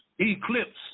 Eclipse